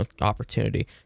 opportunity